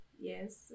yes